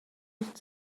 nicht